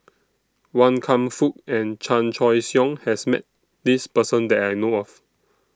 Wan Kam Fook and Chan Choy Siong has Met This Person that I know of